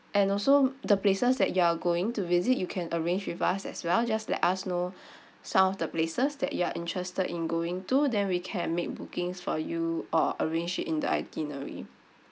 and also the places that you are going to visit you can arrange with us as well just let us know some of the places that you are interested in going to then we can make bookings for you or arrange it in the itinerary